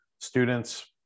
students